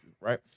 right